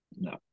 No